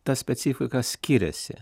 ta specifika skiriasi